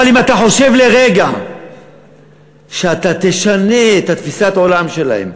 אבל אם אתה חושב לרגע שאתה תשנה את תפיסת העולם שלהם,